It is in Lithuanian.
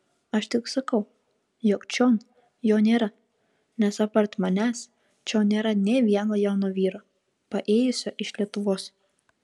aš tik sakau jog čion jo nėra nes apart manęs čion nėra nė vieno jauno vyro paėjusio iš lietuvos